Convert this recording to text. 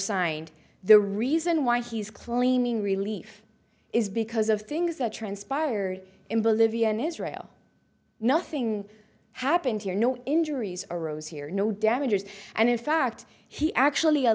signed the reason why he's claiming relief is because of things that transpired in bolivia in israel nothing happened here no injuries arose here no damages and in fact he actually